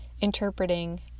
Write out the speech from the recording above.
interpreting